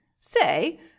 Say